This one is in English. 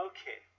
Okay